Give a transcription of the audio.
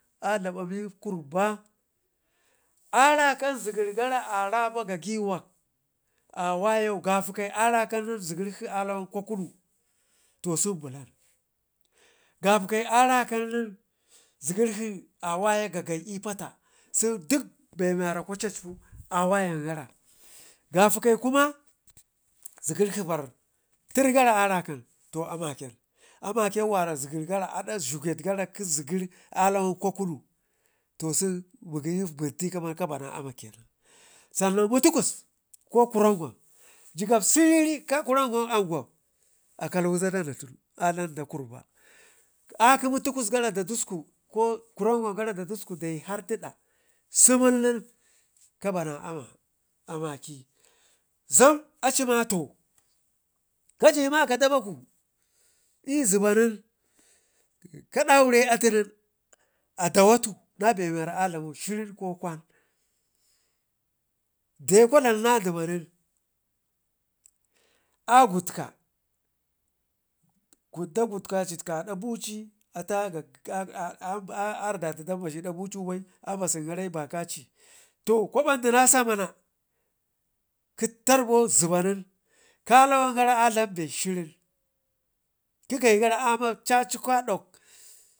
a dlaba mii gurba araka zigir garan a raba gagəwak, awayau gafa kuya arakan nen zigirkshi a lawan kwakunu, to sun bulan gafa kwaya a rakan nen zigərkshi awaya gagai ipata sun dik be mewara kwa cacpu awayan gara gafaka ya kuma zi gərkishi paterr gara a rakan amken wara zigər gara ada zhigwed gara alawan kwakunu to sen mugəyi bin tin gare kəmen kabana amma kenan, sannan mutukus ko kuram gwam jigab serri ka gram amkwam akalwe zada da tuna a dlam gurba akə mutuƙus garada disku ko kurom gwam gare da disku ko da ɗiɗa sumul men to kabana amma amakə zamaci mato kaji maka dabaku l'zibanen ka daure atun adawatu nabewara a dlamo shirin ko kwan, de kwa dlam na dima nen a gudka da gudka kada buci a yardata dan bashi da bucu bai ambasin gare bakaci, to kwa bandina sama nan kə tar bo ziba nen kalaugara adlam be shirin, kə kayi gara ama a cikwadok